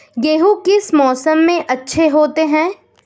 गेहूँ किस मौसम में अच्छे होते हैं?